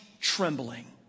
trembling